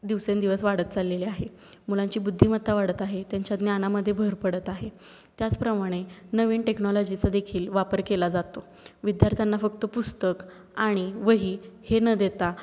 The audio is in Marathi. दिवसेंदिवस वाढत चाललेले आहे मुलांची बुद्धिमत्ता वाढत आहे त्यांच्या ज्ञानामधे भर पडत आहे त्याचप्रमाणे नवीन टेक्नॉलॉजीचा देखील वापर केला जातो विद्यार्थ्यांना फक्त पुस्तक आणि वही हे न देता